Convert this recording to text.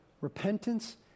repentance